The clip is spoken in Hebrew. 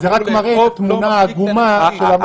אבל זה רק מראה את התמונה העגומה של המצב.